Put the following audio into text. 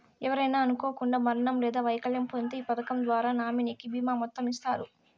ఎవరైనా అనుకోకండా మరణం లేదా వైకల్యం పొందింతే ఈ పదకం ద్వారా నామినీకి బీమా మొత్తం ఇస్తారు